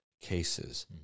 cases